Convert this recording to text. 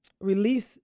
release